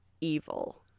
evil